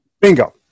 Bingo